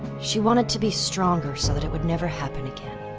she wanted to be stronger so that it would never happen again.